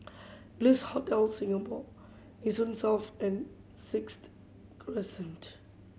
Bliss Hotel Singapore Nee Soon and Sixth Crescent